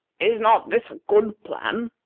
is not this a good plan?